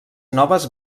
noves